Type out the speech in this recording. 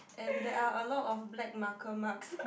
and there are a lot of black marker marks